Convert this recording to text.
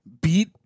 beat